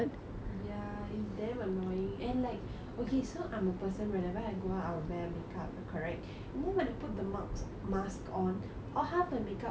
ya it's damn annoying and like okay so I'm a person whenever I go out I'll wear makeup correct and then when I put the mark~ mask on or half my make up like